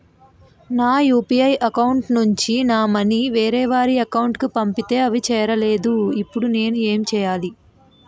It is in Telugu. నా యెక్క యు.పి.ఐ అకౌంట్ నుంచి నా మనీ వేరే వారి అకౌంట్ కు పంపితే అవి వారికి చేరలేదు నేను ఇప్పుడు ఎమ్ చేయాలి?